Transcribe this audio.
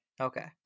okay